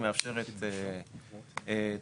היא מאפשרת את הפטורים,